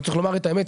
וצריך לומר את האמת,